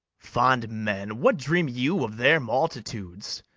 fond men, what dream you of their multitudes?